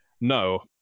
No